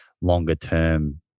longer-term